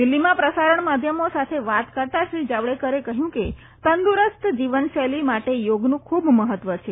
દિલ્હીમાં પ્રસારણ માધ્યમો સાથે વાત કરતાં શ્રી જાવડેકરે કહયું કે તંદુરસ્ત જીવન શૈલી માટે યોગનું ખુબ મહત્વ છે